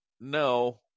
no